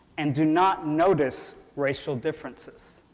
and do not notice racial differences.